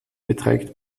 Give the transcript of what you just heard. beträgt